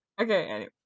Okay